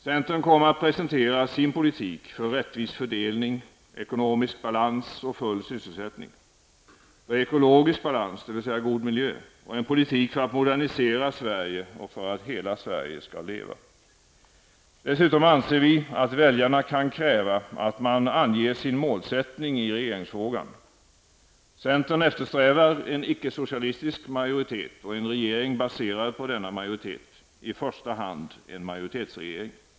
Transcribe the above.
Centern kommer att presentera sin politik för rättvis fördelning, ekonomisk balans och full sysselsättning, för ekologisk balans, dvs. god miljö, och en politik för att modernisera Sverige och för att hela Sverige skall leva. Dessutom anser vi att väljarna kan kräva att man anger sin målsättning i regeringsfrågan. Centern eftersträvar en icke-socialistisk majoritet och en regering baserad på denna majoritet, i första hand en majoritetsregering.